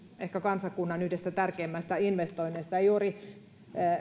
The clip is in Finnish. ehkä yhdestä kansakunnan tärkeimmistä investoinneista juuri